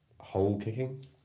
hole-kicking